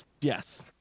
Yes